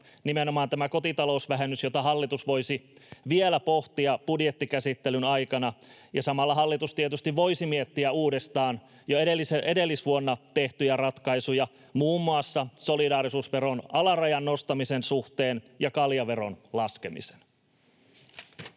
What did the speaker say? nimenomaan tämä kotitalousvähennys, jota hallitus voisi vielä pohtia budjettikäsittelyn aikana. Ja samalla hallitus tietysti voisi miettiä uudestaan jo edellisvuonna tehtyjä ratkaisuja, muun muassa solidaarisuusveron alarajan nostamisen ja kaljaveron laskemisen